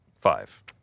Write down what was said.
Five